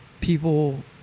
people